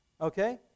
Okay